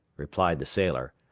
replied the sailor.